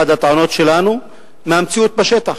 זאת אחת הטענות שלנו, מהמציאות בשטח,